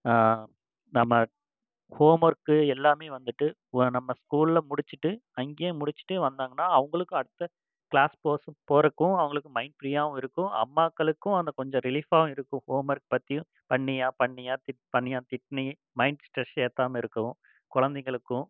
நம்ம home work எல்லாமே வந்துட்டு நம்ம ஸ்கூலில் முடிச்சுட்டு அங்கேயே முடிச்சுட்டு வந்தாங்கனால் அவங்களுக்கு அடுத்த கிளாஸ் போக போகிறக்கும் அவங்களுக்கு மைண்ட் ஃப்ரீயாகவும் இருக்கும் அம்மாக்களுக்கும் அந்த கொஞ்சம் ரிலீஃபாக இருக்கும் ஹோம் ஒர்க் பற்றியும் பண்ணியா பண்ணியா பண்ணியா திட்னி மைண்ட் ஸ்ட்ரெஸ் ஏற்றாமா இருக்கவும் குழந்தைகளுக்கும்